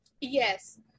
Yes